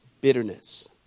Bitterness